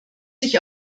sich